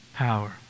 power